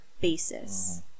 basis